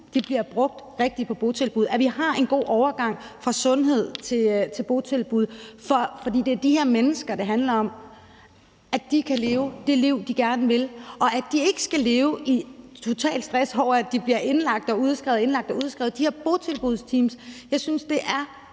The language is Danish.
bliver brugt rigtigt på botilbud, at vi har en god overgang fra sundhed til botilbud. For det er de her mennesker, det handler om, at de kan leve det liv, de gerne vil, og at de ikke skal leve i total stress over, at de bliver indlagt og udskrevet, indlagt og udskrevet. Hvad angår de her botilbudteams, synes jeg, det er